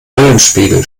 eulenspiegel